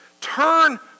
Turn